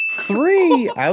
Three